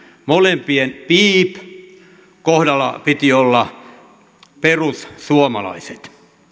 molempien piip sanojen kohdalla piti olla perussuomalaiset